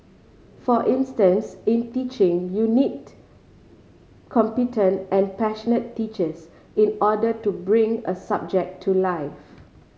for instance in teaching you need competent and passionate teachers in order to bring a subject to life